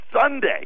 Sunday